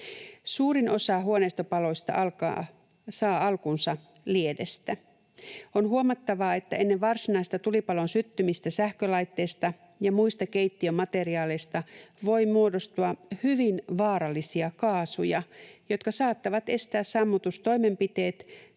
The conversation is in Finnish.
Suurin osa huoneistopaloista saa alkunsa liedestä. On huomattavaa, että ennen varsinaista tulipalon syttymistä sähkölaitteesta ja muista keittiömateriaaleista voi muodostua hyvin vaarallisia kaasuja, jotka saattavat estää sammutustoimenpiteet